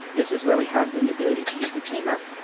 this is where we have then the ability to use the team app,